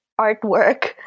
artwork